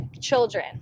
children